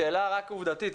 שאלה עובדתית.